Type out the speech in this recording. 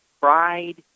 Pride